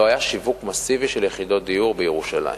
היה שיווק מסיבי של יחידות דיור בירושלים